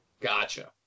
Gotcha